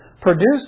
produced